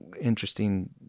interesting